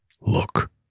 look